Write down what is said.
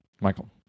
michael